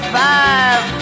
five